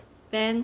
then